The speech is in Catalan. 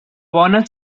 bona